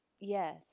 Yes